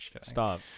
stop